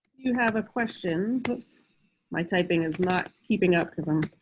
you have a question my typing is not keeping up because i'm